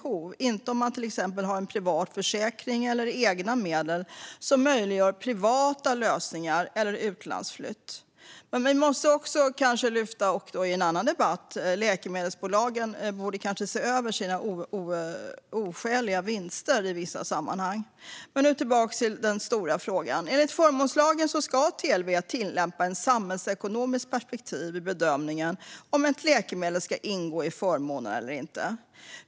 Det ska inte vara beroende av om man har till exempel en privat försäkring eller egna medel som möjliggör privata lösningar eller utlandsflytt. Men vi kanske också måste, i en annan debatt, lyfta upp att läkemedelsbolagen borde se över sina oskäliga vinster i vissa sammanhang. Enligt förmånslagen ska TLV ha ett samhällsekonomiskt perspektiv vid bedömningen av om ett läkemedel ska ingå i förmånerna eller inte.